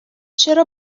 چرا